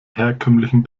herkömmlichen